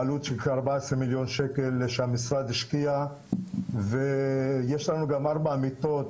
בעלות של כ-14 מיליון שקל שהמשרד השקיע ויש לנו גם ארבע מיטות,